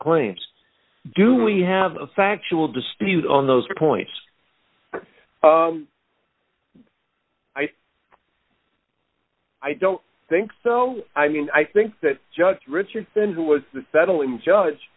claims do we have a factual dispute on those points i i don't think so i mean i think that judge richardson who was the settling judge